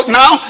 now